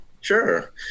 Sure